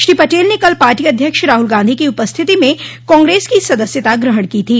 श्री पटेल ने कल पार्टा अध्यक्ष राहुल गॉधी की उपस्थिति में कांग्रेस की सदस्यता ग्रहण की थी